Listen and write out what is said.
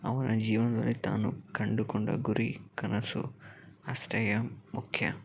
ಅವನ ಜೀವನದಲ್ಲಿ ತಾನು ಕಂಡುಕೊಂಡ ಗುರಿ ಕನಸು ಅಷ್ಟೇ ಮುಖ್ಯ